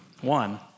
One